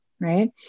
Right